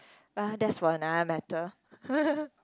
ah that's for another matter